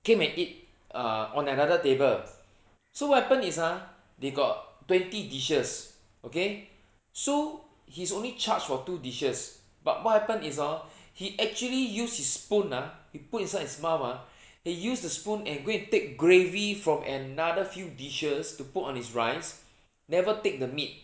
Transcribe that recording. came and eat err on another table so what happen is ha they got twenty dishes okay so he's only charged for two dishes but what happen hor he actually use his spoon ah he put inside his mouth ah he use the spoon and go and take gravy from another few dishes to put on his rice never take the meat